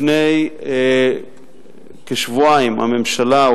לפני כשבועיים הממשלה,